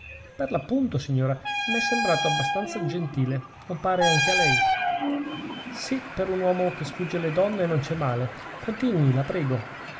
per l'appunto signora e m'è sembrato abbastanza gentile non pare anche a lei sì per un uomo che sfugge le donne non c'è male continui la prego